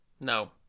No